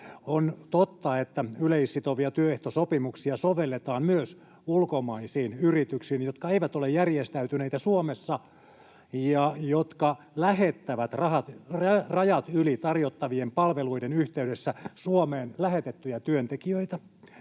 On totta, että yleissitovia työehtosopimuksia sovelletaan myös ulkomaisiin yrityksiin, jotka eivät ole järjestäytyneitä Suomessa ja jotka lähettävät rajojen yli tarjottavien palveluiden yhteydessä Suomeen lähetettyjä työntekijöitä.